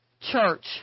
church